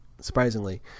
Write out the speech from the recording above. Surprisingly